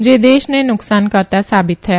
જે દેશને નુકસાનકર્તા સાબિત થયા